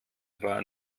war